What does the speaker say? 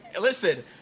listen